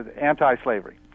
anti-slavery